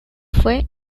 fue